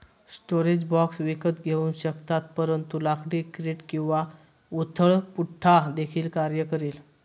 storage box विकत घेऊ शकतात परंतु लाकडी क्रेट किंवा उथळ पुठ्ठा देखील कार्य करेल